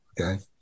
okay